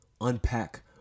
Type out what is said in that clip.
unpack